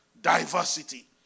diversity